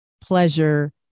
Pleasure